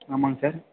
ஆமாங்க சார்